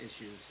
issues